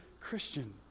Christian